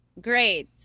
great